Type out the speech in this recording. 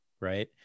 right